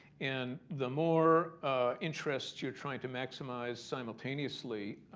and the more interests you're trying to maximize simultaneously,